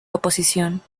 oposición